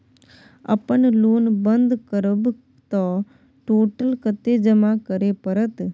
अपन लोन बंद करब त टोटल कत्ते जमा करे परत?